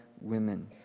women